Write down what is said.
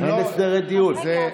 קרעי,